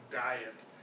diet